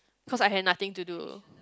cause I had nothing to do